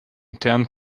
tent